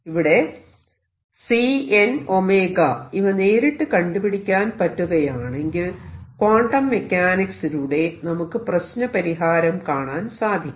ഇവിടെ Cn 𝞈 ഇവ നേരിട്ട് കണ്ടുപിടിക്കാൻ പറ്റുകയാണെങ്കിൽ ക്വാണ്ടം മെക്കാനിക്സിലൂടെ നമുക്ക് പ്രശ്നപരിഹാരം കാണാൻ സാധിക്കും